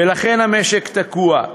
ולכן המשק תקוע.